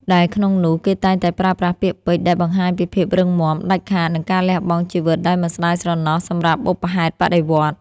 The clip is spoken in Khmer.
ដែលក្នុងនោះគេតែងតែប្រើប្រាស់ពាក្យពេចន៍ដែលបង្ហាញពីភាពរឹងមាំ ដាច់ខាត និងការលះបង់ជីវិតដោយមិនស្តាយស្រណោះសម្រាប់បុព្វហេតុបដិវត្តន៍។